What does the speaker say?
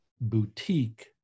boutique